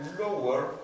lower